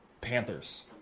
Panthers